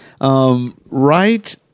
right